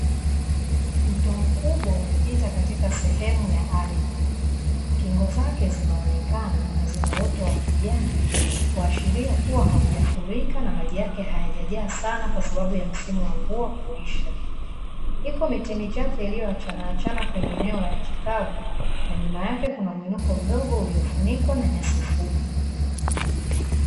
Mto mkubwa umepita katia sehemu ya ardhi. Kingo zake zinaonekana na zina uoto wa kijani, kuashiria kuwa haujafurika na maji yake hayajajaa sana kwa sababu ya msimu wa mvua kuisha. Iko miti michache iliyoachanaachana kwenye eno la nchi kavu, na nyuma yake kuna mwinuko mdogo uliofunikwa na nyasi fupi.